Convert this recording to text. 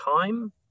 time